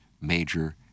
major